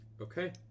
Okay